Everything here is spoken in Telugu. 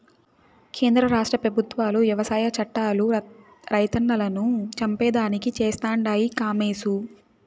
కేంద్ర రాష్ట్ర పెబుత్వాలు వ్యవసాయ చట్టాలు రైతన్నలను చంపేదానికి చేస్తండాయి కామోసు